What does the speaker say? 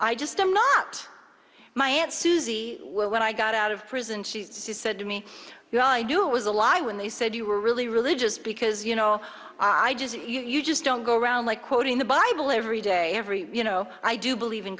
i just am not my aunt susie when i got out of prison she said to me you know i knew it was a lie when they said you were really religious because you know i just you just don't go around like quoting the bible every day every you know i do believe in